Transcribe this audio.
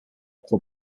club